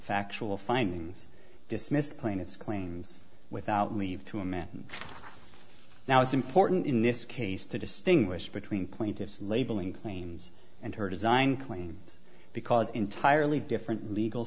factual findings dismissed plaintiff's claims without leave to a man now it's important in this case to distinguish between plaintiff's labeling claims and her design claims because entirely different legal